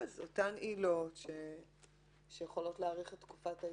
ואז אותן עילות שיכולות להאריך את תקופת ההתיישנות,